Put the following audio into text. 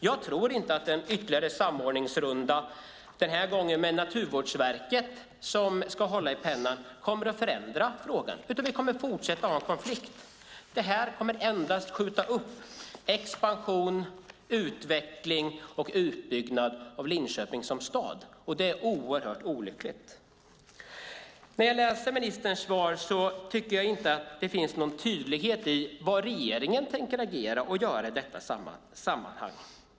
Jag tror inte att en ytterligare samordningsrunda, den här gången med Naturvårdsverket som ska hålla i pennan, kommer att förändra frågan, utan vi kommer att fortsätta ha en konflikt. Det här kommer endast att skjuta upp expansion, utveckling och utbyggnad av Linköping som stad, och det är oerhört olyckligt. När jag läser ministerns svar tycker jag inte att det finns någon tydlighet i vad regeringen tänker göra i detta sammanhang.